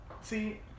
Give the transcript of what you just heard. See